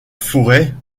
forêt